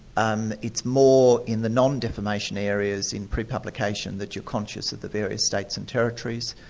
um it's more in the non-defamation areas in pre-publication that you're conscious of the various states and territories.